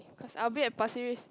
cause I will be at Pasir-Ris